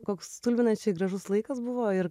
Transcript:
koks stulbinančiai gražus laikas buvo ir